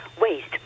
waste